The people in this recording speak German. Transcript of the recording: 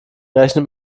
rechnet